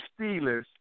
Steelers